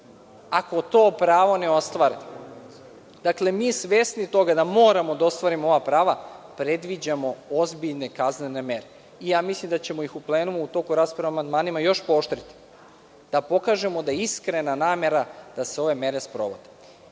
ako to pravo ne ostvare. Dakle, mi smo svesni toga da moramo da ostvarimo ova prava. Predviđamo ozbiljne kaznene mere. Ja mislim da ćemo ih u plenumu, u toku rasprave o amandmanima još pooštriti, da pokažemo da je iskrena namera da se ove mere sprovode. Naravno